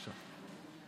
בבקשה.